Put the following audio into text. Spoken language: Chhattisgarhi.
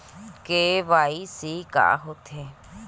के.वाई.सी का होथे?